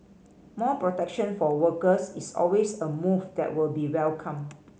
more protection for workers is always a move that will be welcomed